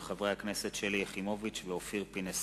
מאת חבר הכנסת אופיר פינס-פז,